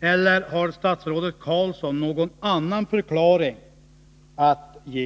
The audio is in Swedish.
eller har statsrådet Roine Carlsson någon annan förklaring att ge?